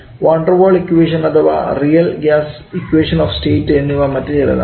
wander Waals equation അഥവാ real gas equation of state എന്നിവ മറ്റു ചിലതാണ്